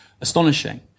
astonishing